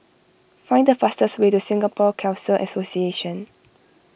find the fastest way to Singapore Khalsa Association